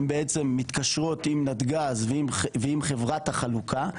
הן בעצם מתקשרות עם נתגז ועם חברת החלוקה,